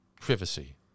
privacy